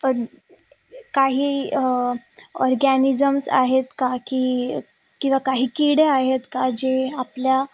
पण काही ऑर्गॅनिझम्स आहेत का की किंवा काही किडे आहेत का जे आपल्या